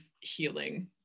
healing